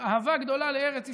אהבה גדולה לארץ ישראל.